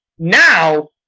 Now